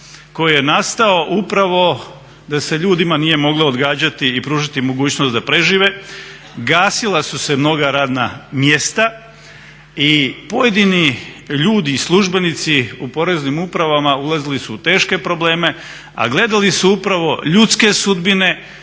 koji je nastao da se ljudima nije mogla odgađati i pružiti mogućnost da prežive, gasila su se mnoga radna mjesta i pojedini ljudi i službenici u poreznim upravama ulazili su u teške probleme, a gledali su upravo ljudske sudbine,